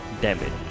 damage